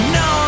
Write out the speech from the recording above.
no